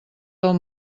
del